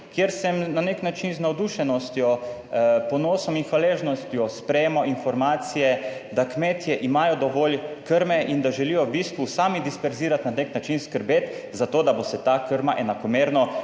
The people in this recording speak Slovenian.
kjer sem na nek način z navdušenostjo, ponosom in hvaležnostjo sprejema informacije, da kmetje imajo dovolj krme, in da želijo v bistvu sami disperzirati, na nek način skrbeti za to, da bo se ta krma enakomerno